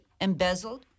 embezzled